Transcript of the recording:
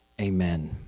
Amen